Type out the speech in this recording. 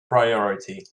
priority